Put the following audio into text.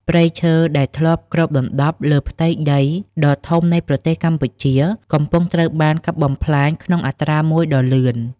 ព្រៃឈើ ដែលធ្លាប់គ្របដណ្ដប់លើផ្ទៃដីដ៏ធំនៃប្រទេសកម្ពុជា កំពុងត្រូវបានកាប់បំផ្លាញក្នុងអត្រាមួយដ៏លឿន។